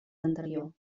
anterior